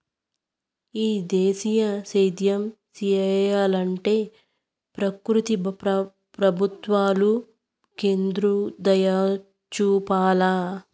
ఈ దేశీయ సేద్యం సెయ్యలంటే ప్రకృతి ప్రభుత్వాలు కెండుదయచూపాల